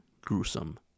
gruesome